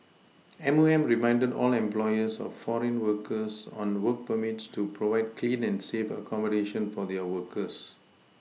M O M reminded all employers of foreign workers on work permits to provide clean and safe accommodation for their workers